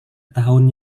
tahun